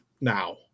now